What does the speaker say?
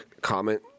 comment